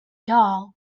doll